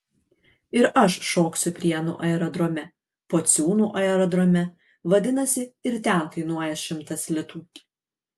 ir aš šoksiu prienų aerodrome pociūnų aerodrome vadinasi ir ten kainuoja šimtas litų